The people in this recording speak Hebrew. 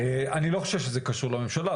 חושב שזה קשור לממשלה.